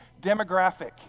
demographic